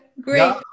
Great